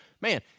man